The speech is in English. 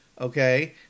okay